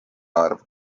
arv